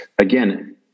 again